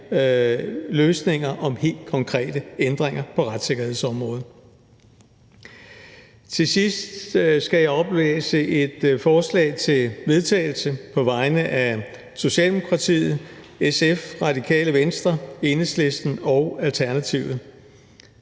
løsninger med helt konkrete ændringer på retssikkerhedsområdet. Til sidst skal jeg oplæse et forslag til vedtagelse på vegne af Socialdemokratiet, SF, Radikale Venstre, Enhedslisten og Alternativet.